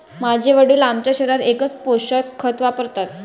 माझे वडील आमच्या शेतात एकच पोषक खत वापरतात